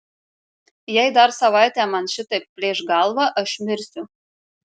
jei dar savaitę man šitaip plėš galvą aš mirsiu